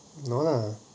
no lah